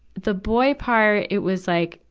the boy part, it was like,